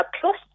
plus